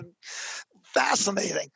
Fascinating